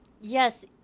yes